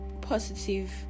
positive